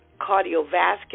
cardiovascular